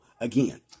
again